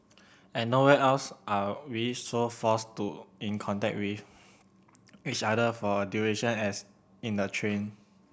and nowhere else are we so forced to in contact with each other for a duration as in the train